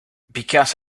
because